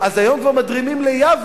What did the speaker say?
אז היום כבר מדרימים ליבנה,